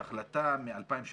ההחלטה מ-2016.